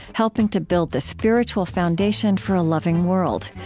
helping to build the spiritual foundation for a loving world.